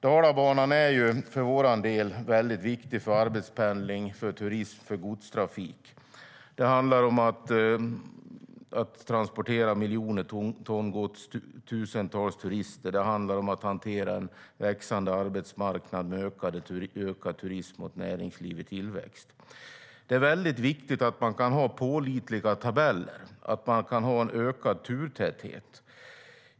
Dalabanan är viktig för oss för arbetspendling, turism och godstrafik. Det handlar om att transportera miljoner ton gods och tusentals turister. Det handlar om att hantera en växande arbetsmarknad med ökad turism och ett näringsliv i tillväxt. Det är viktigt med pålitliga tabeller och ökad turtäthet.